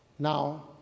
Now